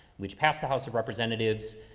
which passed the house of representatives,